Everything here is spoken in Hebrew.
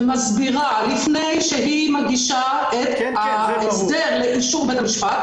ומסבירה לפני שהיא מגישה את ההסדר לאישור בית המשפט